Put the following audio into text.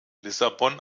lissabon